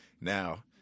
Now